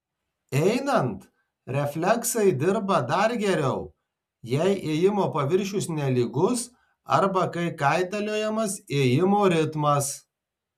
einant refleksai dirba dar geriau jei ėjimo paviršius nelygus arba kai kaitaliojamas ėjimo ritmas